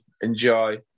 enjoy